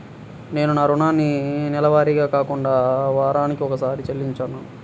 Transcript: నేను నా రుణాన్ని నెలవారీగా కాకుండా వారానికోసారి చెల్లిస్తున్నాను